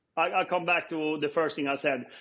i come back to the first thing i said,